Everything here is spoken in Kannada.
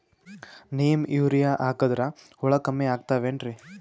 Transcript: ನೀಮ್ ಯೂರಿಯ ಹಾಕದ್ರ ಹುಳ ಕಮ್ಮಿ ಆಗತಾವೇನರಿ?